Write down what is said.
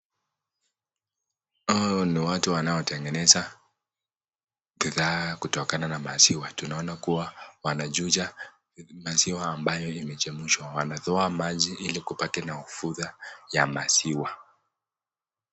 Hawa ni watu wanaotengeneza bidhaa kutokana na maziwa. Tunaona kuwa wanachuja maziwa ambayo imechemshwa. Wanatoa maji ili kubaki na ufuta ya maziwa.